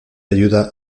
ayuda